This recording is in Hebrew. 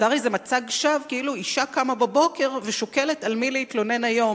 נוצר איזה מצג שווא כאילו אשה קמה בבוקר ושוקלת על מי להתלונן היום.